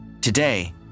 Today